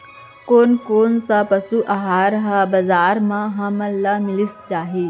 कोन कोन से पसु आहार ह बजार म हमन ल मिलिस जाही?